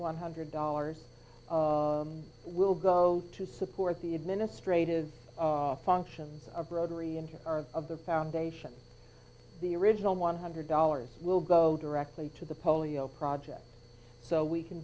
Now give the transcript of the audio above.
one hundred dollars will go to support the administrative functions of rotary engine of the foundation the original one hundred dollars will go directly to the polio project so we can